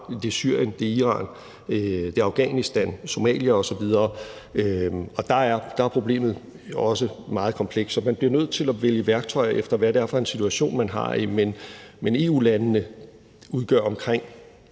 Irak, Syrien, Iran, Afghanistan, Somalia osv., og der er problemet også meget komplekst, så man bliver nødt til at vælge værktøjer, efter hvad det er for en situation, man har. Men EU-borgere udgør omkring